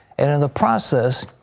and in the process,